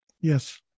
Yes